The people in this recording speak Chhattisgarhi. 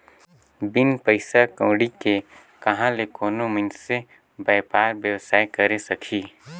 बिन पइसा कउड़ी के कहां ले कोनो मइनसे बयपार बेवसाय करे सकही